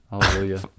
Hallelujah